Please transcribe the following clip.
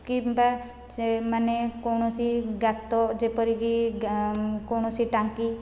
କିମ୍ବା ସେମାନେ କୌଣସି ଗାତ ଯେପରିକି କୌଣସି ଟାଙ୍କି